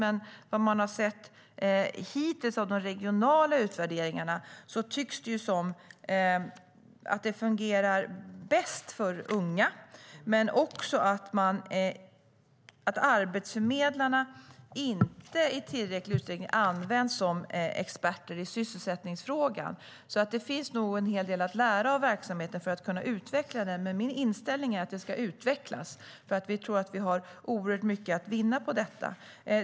Men att döma av de regionala utvärderingarna hittills tycks det som om det fungerar bäst för unga men att arbetsförmedlarna inte i tillräcklig omfattning används som experter i sysselsättningsfrågan. Det finns nog en hel del att lära av verksamheten för att kunna utveckla den. Men min inställning är att den ska utvecklas, för vi tror att vi har mycket att vinna på detta.